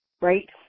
right